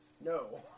No